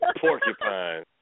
Porcupine